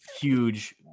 huge